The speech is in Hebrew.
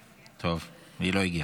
טוב, היא לא הגיעה.